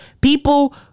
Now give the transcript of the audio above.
people